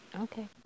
Okay